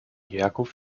herkunft